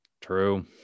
True